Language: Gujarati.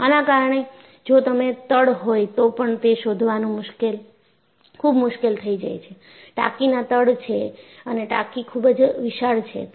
આના કારણે જો તેમાં તડ હોય તો પણ એ શોધવાનું ખૂબ મુશ્કેલ થઈ જાય ટાંકીમાં તડ છે અને ટાંકી ખુબ જ વિશાળ છે